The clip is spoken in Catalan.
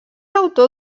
autor